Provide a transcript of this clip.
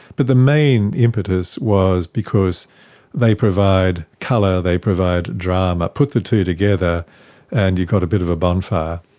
but the main impetus was because they provide colour, they provide drama. put the two together and you've got a bit of a bonfire.